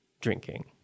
drinking